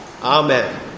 Amen